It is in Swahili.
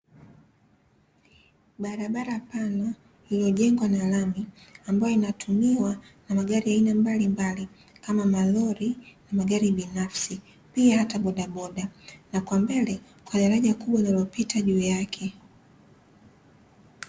Barabara pana iliyojengwa na lami, ambayo inatumiwa na magari ya aina mbalimbali kama malori na magari binafsi pia hata bodaboda, na kwa mbele kuna daraja kubwa linalopita juu yake.